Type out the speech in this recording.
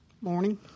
Morning